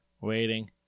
Waiting